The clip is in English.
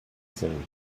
same